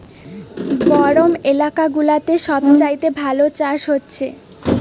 গরম এলাকা গুলাতে সব চাইতে ভালো চাষ হচ্ছে